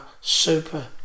super